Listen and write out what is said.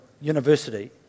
University